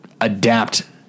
adapt